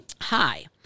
Hi